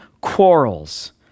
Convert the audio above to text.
quarrels